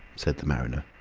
said the mariner.